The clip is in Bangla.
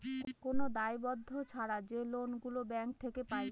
কোন দায়বদ্ধ ছাড়া যে লোন গুলো ব্যাঙ্ক থেকে পায়